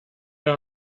era